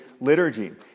liturgy